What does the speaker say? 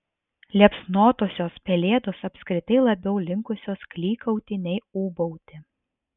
liepsnotosios pelėdos apskritai labiau linkusios klykauti nei ūbauti